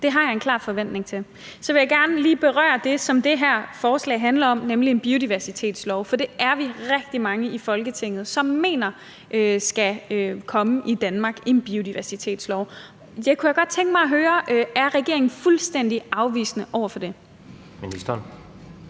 Det har jeg en klar forventning om. Så vil jeg gerne lige berøre det, som det her forslag handler om, nemlig en biodiversitetslov, for det er vi rigtig mange i Folketinget som mener der skal være i Danmark, altså en biodiversitetslov. Jeg kunne godt tænke mig at høre: Er regeringen fuldstændig afvisende over for det?